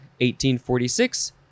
1846